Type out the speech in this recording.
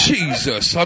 Jesus